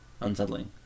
unsettling